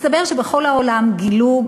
מסתבר שבכל העולם גילו,